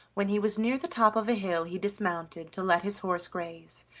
when he was near the top of a hill he dismounted to let his horse graze,